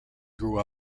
grew